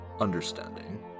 understanding